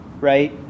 Right